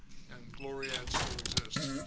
and gloriad still exists.